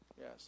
yes